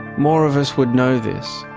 more of us would know this,